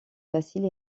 facile